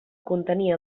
contenir